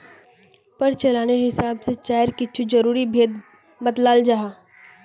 प्रचालानेर हिसाब से चायर कुछु ज़रूरी भेद बत्लाल जाहा